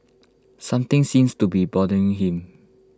something seems to be bothering him